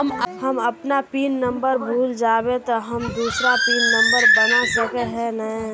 हम अपन pin number भूल जयबे ते हम दूसरा पिन नंबर बना सके है नय?